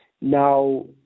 Now